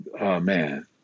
man